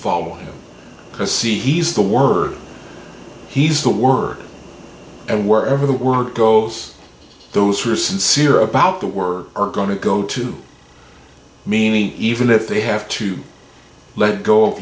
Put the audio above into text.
follow him to see he's the word he's the word and wherever the word goes those who are sincere about the word are going to go to meany even if they have to let go of